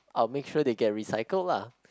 I will make sure they get recycled lah